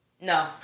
No